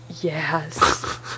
yes